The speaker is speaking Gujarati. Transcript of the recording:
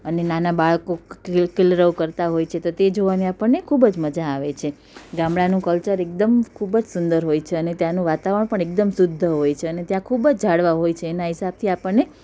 અને નાના બાળકો કલરવ કરતાં હોય છે તો તે જોવાને આપણને ખૂબ જ મજા આવે છે ગામડાનું કલ્ચર એકદમ ખૂબ જ સુંદર હોય છે અને ત્યાંનું વાતાવરણ પણ એકદમ શુદ્ધ હોય છે અને ત્યાં ખૂબ જ ઝાડવા હોય છે તેના હિસાબથી આપણને